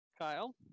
Kyle